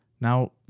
now